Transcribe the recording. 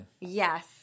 Yes